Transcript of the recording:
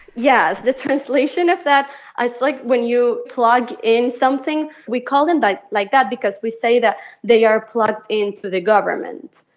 yes. the translation of that it's like when you plug in something. we call them but like that because we say that they are plugged into the government.